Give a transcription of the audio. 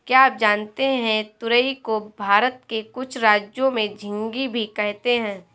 क्या आप जानते है तुरई को भारत के कुछ राज्यों में झिंग्गी भी कहते है?